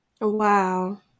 Wow